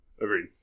Agreed